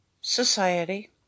society